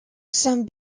some